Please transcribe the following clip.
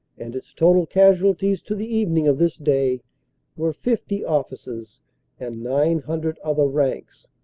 and its total casualties to the evening of this day were fifty officers and nine hundred other ranks.